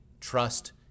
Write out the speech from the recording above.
trust